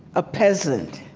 a peasant